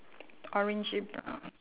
orangey brown